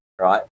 right